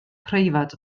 preifat